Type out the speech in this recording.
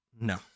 No